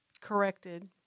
corrected